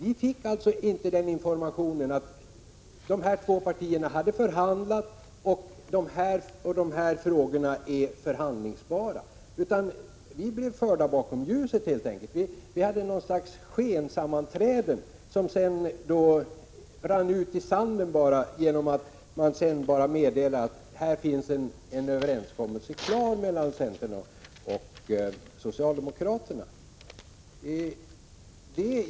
Vi fick således inte information om att dessa två partier hade förhandlat och inte heller om vilka frågor som var förhandlingsbara. Vi blev helt enkelt förda bakom ljuset. Vi hade ett slags skensammanträden, som sedan bara rann ut i sanden — man meddelade ju bara att det fanns en överenskommelse klar mellan centern och socialdemokraterna.